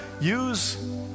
use